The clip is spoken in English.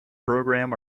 program